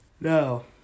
No